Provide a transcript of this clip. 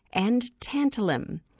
and tantalum.